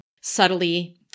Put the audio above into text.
subtly